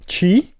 Chi